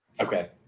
Okay